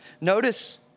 Notice